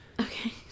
Okay